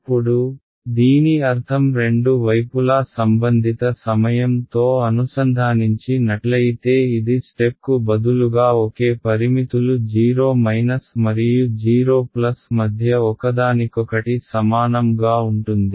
ఇప్పుడు దీని అర్థం రెండు వైపులా సంబంధిత సమయం తో అనుసంధానించి నట్లయితే ఇది స్టెప్కు బదులుగా ఒకే పరిమితులు 0 మరియు 0 మధ్య ఒకదానికొకటి సమానం గా ఉంటుంది